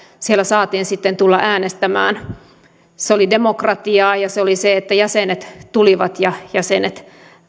siellä saadaan sitten tulla äänestämään se oli demokratiaa ja se oli sitä että jäsenet tulivat ja jäsenet